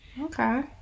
Okay